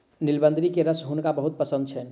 नीलबदरी के रस हुनका बहुत पसंद छैन